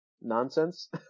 nonsense